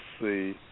see